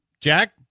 Jack